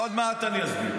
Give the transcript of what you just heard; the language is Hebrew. עוד מעט אני אסביר.